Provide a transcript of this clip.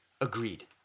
agreed